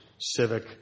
Civic